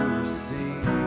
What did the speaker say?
receive